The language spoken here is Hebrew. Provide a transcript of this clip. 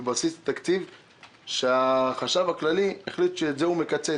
מגיע מבסיס התקציב שהחשב הכללי החליט שאת זה הוא מקצץ.